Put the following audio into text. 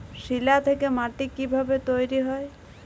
শিলা থেকে মাটি কিভাবে তৈরী হয়?